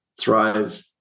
Thrive